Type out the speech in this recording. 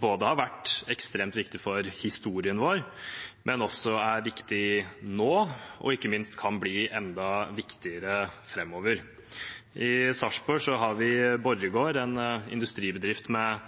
har vært ekstremt viktig for historien vår, men også er viktig nå – og ikke minst kan bli enda viktigere framover. I Sarpsborg har vi Borregaard, en industribedrift med